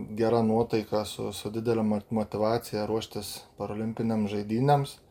gera nuotaika su su didele mat motyvacija ruoštis parolimpinėms žaidynėms